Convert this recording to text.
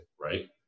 right